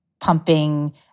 pumping